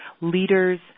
leaders